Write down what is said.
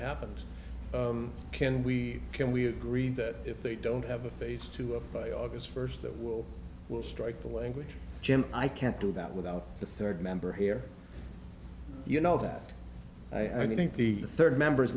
happens can we can we agree that if they don't have a face to it by august first that will will strike the language jim i can't do that without the third member here you know that i think the third member